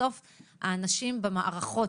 בסוף האנשים במערכות,